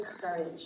courage